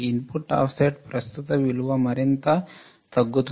input offset ప్రస్తుత విలువ మరింత తగ్గుతుంది